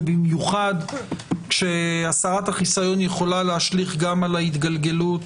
במיוחד שהסרת החיסיון יכולה להשליך גם על ההתגלגלות